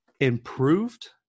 improved